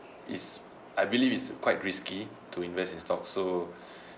is I believe it's quite risky to invest in stocks so